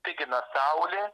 spigina saulė